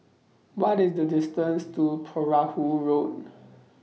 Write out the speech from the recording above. What IS The distance to Perahu Road